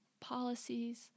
policies